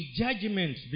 judgment